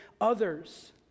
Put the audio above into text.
others